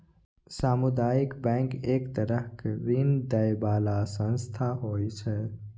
सामुदायिक बैंक एक तरहक ऋण दै बला संस्था होइ छै